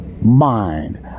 Mind